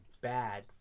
bad